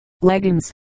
leggings